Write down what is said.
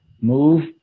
move